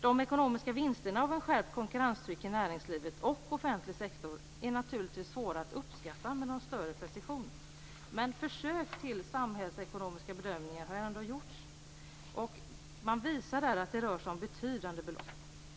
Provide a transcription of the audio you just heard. De ekonomiska vinsterna av ett skärpt konkurrenstryck i näringslivet och offentlig sektor är naturligtvis svåra att uppskatta med någon större precision. Men försök till samhällsekonomiska bedömningar visar att det rör sig om betydande belopp.